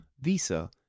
visa